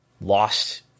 lost